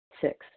Six